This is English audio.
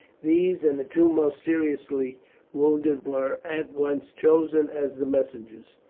these and the two most seriously wounded were at once chosen as the messengers.